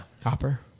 copper